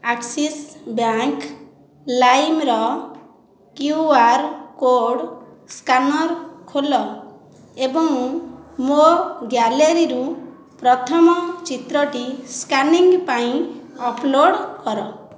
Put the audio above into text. Axis bank ଲାଇମର QR code scanner ଖୋଲ ଏବଂ ମୋ' ଗ୍ୟାଲେରୀରୁ ପ୍ରଥମ ଚିତ୍ରଟି ସ୍କାନିଂ ପାଇଁ ଅପ୍ଲୋଡ କର